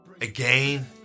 Again